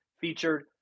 featured